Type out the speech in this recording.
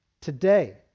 today